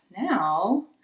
now